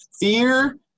Fear